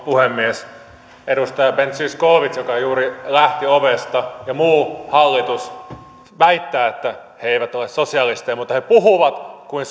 puhemies edustaja ben zyskowicz joka juuri lähti ovesta ja muu hallitus väittävät että he eivät ole sosialisteja mutta he puhuvat kuin